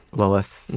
lillith,